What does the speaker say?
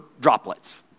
droplets